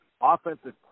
offensive